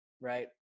right